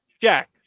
Jack